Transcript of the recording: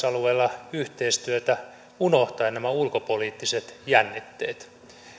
alueella yhteistyötä unohtaen nämä ulkopoliittiset jännitteet